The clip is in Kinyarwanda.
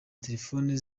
telefoni